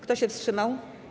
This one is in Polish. Kto się wstrzymał?